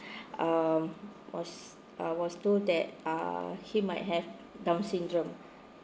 um was I was told that ah he might have down syndrome